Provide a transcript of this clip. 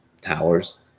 towers